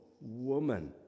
woman